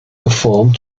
performed